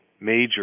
major